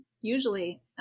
usually